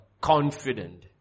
confident